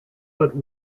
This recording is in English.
but